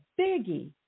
biggie